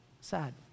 sad